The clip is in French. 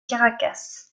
caracas